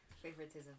Favoritism